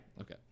Okay